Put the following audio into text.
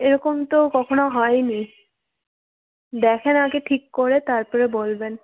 এরকম তো কখনও হয়নি দেখুন আগে ঠিক করে তার পরে বলবেন